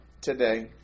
today